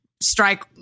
strike